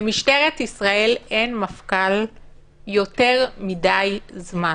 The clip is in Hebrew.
למשטרת ישראל אין מפכ"ל יותר מדי זמן.